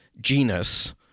genus